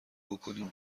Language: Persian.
بکنیم